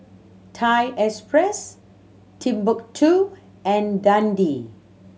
Thai Express Timbuk Two and Dundee